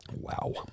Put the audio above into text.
Wow